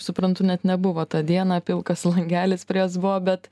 suprantu net nebuvo tą dieną pilkas langelis prie jos buvo bet